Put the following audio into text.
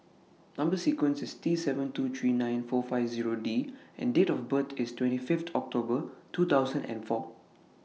Number sequence IS T seven two three nine four five Zero D and Date of birth IS twenty Fifth October two thousand and four